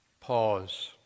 Pause